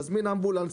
להזמין אמבולנס.